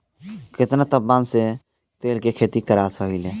केतना तापमान मे तिल के खेती कराल सही रही?